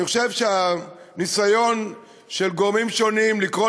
אני חושב שהניסיון של גורמים שונים לקרוא